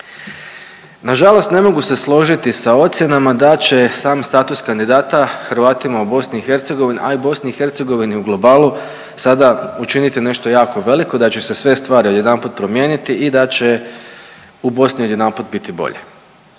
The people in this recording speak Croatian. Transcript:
Nažalost ne mogu se složiti sa ocjenama da će sam status kandidata Hrvatima u BiH, a i BiH u globalu sada učiniti nešto jako veliko, da će se sve stvari jedanput promijeniti i da će u Bosni odjedanput biti bolje.